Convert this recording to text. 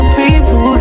people